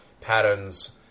patterns